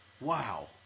Wow